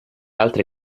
altre